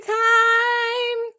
time